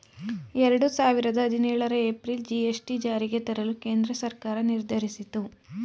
ಎರಡು ಸಾವಿರದ ಹದಿನೇಳರ ಏಪ್ರಿಲ್ ಜಿ.ಎಸ್.ಟಿ ಜಾರಿಗೆ ತರಲು ಕೇಂದ್ರ ಸರ್ಕಾರ ನಿರ್ಧರಿಸಿತು